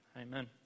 Amen